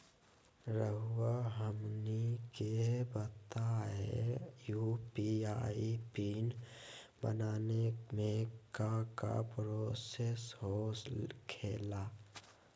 रहुआ हमनी के बताएं यू.पी.आई पिन बनाने में काका प्रोसेस हो खेला?